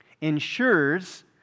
ensures